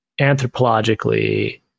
anthropologically